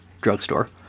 drugstore